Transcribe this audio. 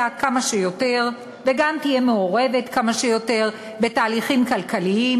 כמה שיותר וגם תהיה מעורבת כמה שיותר בתהליכים כלכליים,